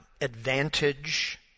advantage